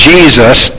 Jesus